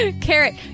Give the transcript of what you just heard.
Carrot